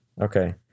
Okay